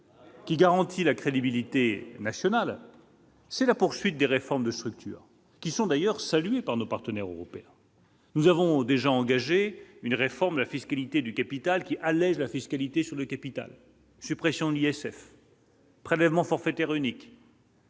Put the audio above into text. qui garantit la crédibilité nationale c'est la poursuite des réformes de structures qui sont d'ailleurs saluées par nos partenaires européens, nous avons déjà engagé une réforme de la fiscalité du capital qui allège la fiscalité sur le capital, suppression de l'ISF. Prélèvement forfaitaire unique.